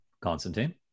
Constantine